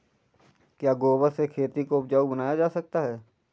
क्या गोबर से खेती को उपजाउ बनाया जा सकता है?